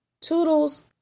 Toodles